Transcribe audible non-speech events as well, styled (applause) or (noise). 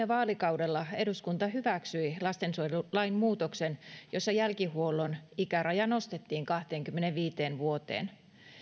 (unintelligible) vaalikaudella eduskunta hyväksyi lastensuojelulain muutoksen jossa jälkihuollon ikäraja nostettiin kahteenkymmeneenviiteen vuoteen